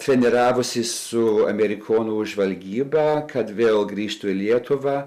treniravosi su amerikonų žvalgyba kad vėl grįžtų lietuvą